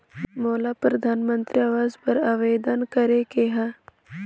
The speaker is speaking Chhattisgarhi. मोला परधानमंतरी आवास बर आवेदन करे के हा?